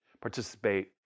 participate